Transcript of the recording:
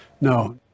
No